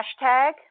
hashtag